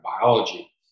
biology